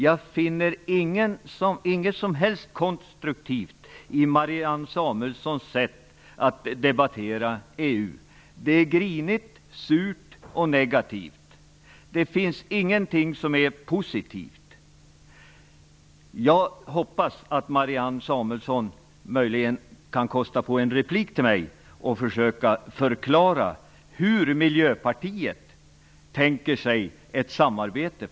Jag finner inget som helst konstruktivt i Marianne Samuelssons sätt att debattera i EU-frågor. Det är grinigt, surt och negativt. Det finns ingenting som är positivt. Jag hoppas att Marianne Samuelsson möjligen kan kosta på sig en replik för att försöka förklara för mig hur Miljöpartiet tänker sig ett samarbete.